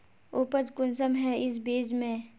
उपज कुंसम है इस बीज में?